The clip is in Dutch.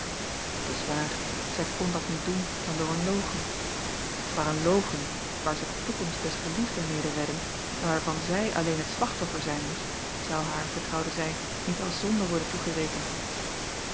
t s waar zij kon dat niet doen dan door een logen maar een logen waar zij de toekomst des geliefden mede redden en waarvan zij alleen het slachtoffer zijn moest zou haar vertrouwde zij niet als zonde worden toegerekend